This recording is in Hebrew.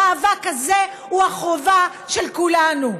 המאבק הוא החובה של כולנו.